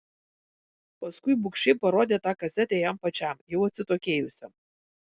paskui bugščiai parodė tą kasetę jam pačiam jau atsitokėjusiam